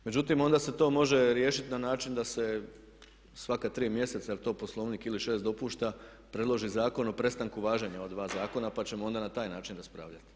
Međutim, onda se to može riješiti na način da se svaka tri mjeseca jer to Poslovnik ili šest dopušta predloži Zakon o prestanku važenja ova dva zakona pa ćemo onda na taj način raspravljati.